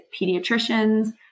pediatricians